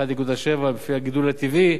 1.7 לפי הגידול הטבעי,